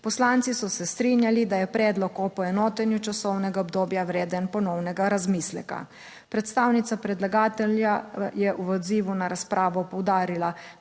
Poslanci so se strinjali, da je predlog o poenotenju časovnega obdobja vreden ponovnega razmisleka. Predstavnica predlagatelja je v odzivu na razpravo poudarila,